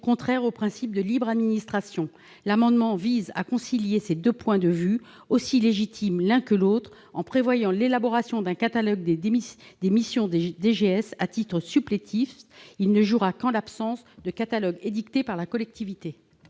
contraire au principe de libre administration. L'amendement vise donc à concilier ces deux points de vue, aussi légitimes l'un que l'autre, en prévoyant l'élaboration d'un catalogue des missions des DGS à titre supplétif : on y aura recours uniquement en l'absence de catalogue édicté par la collectivité.